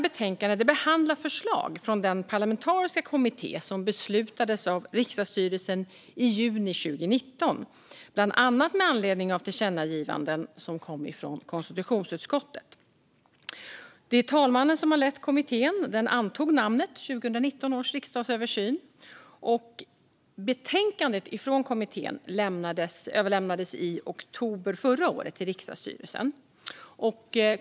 Betänkandet behandlar förslag från den parlamentariska kommitté som beslutades av riksdagsstyrelsen i juni 2019, bland annat med anledning av tillkännagivanden som kom från konstitutionsutskottet. Det är talmannen som har lett kommittén, och den antog namnet 2019 års riksdagsöversyn. Betänkandet från kommittén överlämnades i oktober förra året till riksdagsstyrelsen.